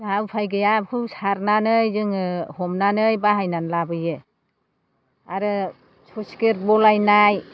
जाहा उफाय गैया बेखौ सारनानै जोङो हमनानै बाहायनानै लाबोयो आरो सुइस गेट बलायनाय